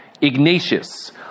Ignatius